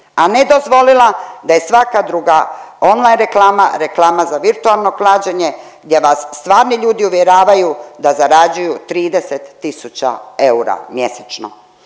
a ne dozvolila da je svaka druga on-line reklama, reklama za virtualno klađenje, gdje vas stvarni ljudi uvjeravaju da zarađuju 30 tisuća eura mjesečno